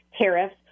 tariffs